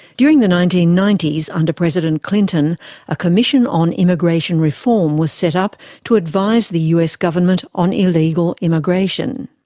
during the nineteen ninety s, under president clinton a commission on immigration reform was set up to advise the us government on illegal immigration.